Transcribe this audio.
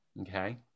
Okay